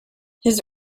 his